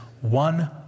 one